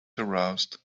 aroused